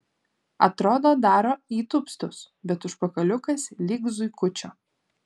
atrodo daro įtūpstus bet užpakaliukas lyg zuikučio